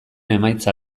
emaitza